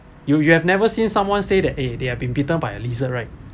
you you have never seen someone said that eh they have been bitten by a lizard right